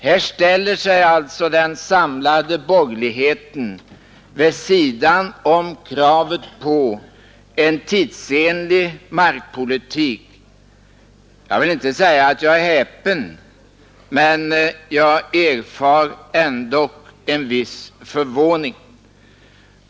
Här ställer sig alltså den samlade borgerligheten vid sidan om kravet på en tidsenlig markpolitik. Jag vill inte säga att jag är häpen, men jag erfar ändock en viss förvåning.